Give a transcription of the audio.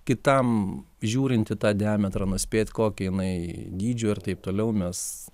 kitam žiūrinti į tą diametrą nuspėti kokio jinai dydžio ir taip toliau mes